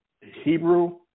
Hebrew